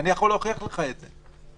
אני יכול להוכיח לך את זה.